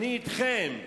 אני אתכם,